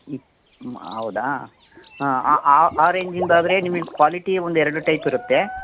ಹೌದಾ ಆ ಆ ರೇಂಜಿನದಾದರೆ ನಿಮಗೆ ಕ್ವಾಲಿಟಿ ಒಂದೆರಡು ಟೈಪ್ ಇರುತ್ತೆ